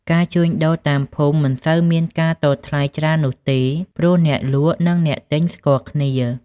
ការជួញដូរតាមភូមិមិនសូវមានការតថ្លៃច្រើននោះទេ ព្រោះអ្នកលក់និងអ្នកទិញស្គាល់គ្នា។